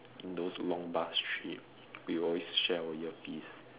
in those long bus trips we always share our earpiece